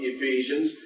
Ephesians